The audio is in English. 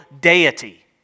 deity